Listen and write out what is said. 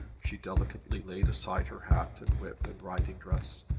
she delicately laid aside her hat and whip and riding dress,